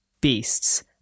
beasts